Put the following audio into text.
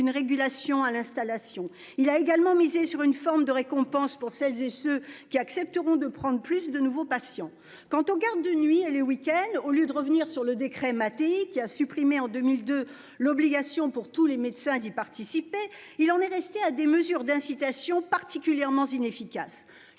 régulation à l'installation. Il a également misé sur une forme de récompense pour celles et ceux qui accepteront de prendre plus de nouveaux patients. Quant aux gardes de nuit et le week-end au lieu de revenir sur le décret. Qui a supprimé en 2002 l'obligation pour tous les médecins d'y participer. Il en est resté à des mesures d'incitation particulièrement inefficace.